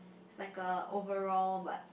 it's like a overall but